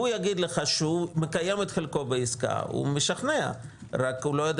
והוא יגיד לך שהוא מקיים את חלקו בעסקה והוא משכנע רק הוא לא יודע